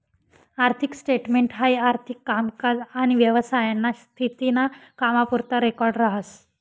आर्थिक स्टेटमेंट हाई आर्थिक कामकाज आनी व्यवसायाना स्थिती ना कामपुरता रेकॉर्ड राहतस